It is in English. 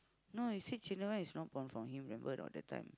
no you see is not born from him remember not that time